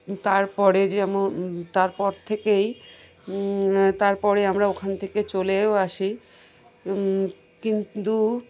তারপরে যেমন তারপর থেকেই তারপরে আমরা ওখান থেকে চলেও আসি কিন্তু